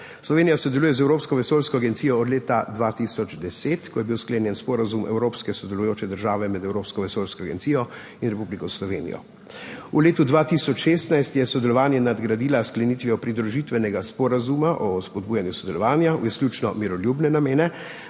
Slovenija sodeluje z Evropsko vesoljsko agencijo od leta 2010, ko je bil sklenjen Sporazum evropske sodelujoče države med Republiko Slovenijo in Evropsko vesoljsko agencijo. V letu 2016 je sodelovanje nadgradila s sklenitvijo pridružitvenega sporazuma o spodbujanju sodelovanja v izključno miroljubne namene